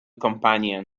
companion